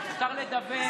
מותר לדבר.